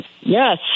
yes